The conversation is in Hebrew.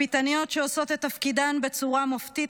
תצפיתניות שעושות את תפקידן בצורה מופתית